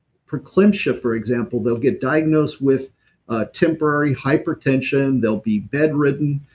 preeclampsia for example, they'll get diagnosed with a temporary hypertension, they'll be bedridden,